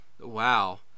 Wow